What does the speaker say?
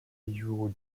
you